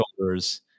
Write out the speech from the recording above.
shoulders